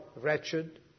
wretched